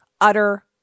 utter